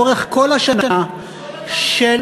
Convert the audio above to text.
לאורך כל השנה אנחנו